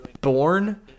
born